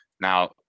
Now